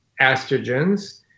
estrogens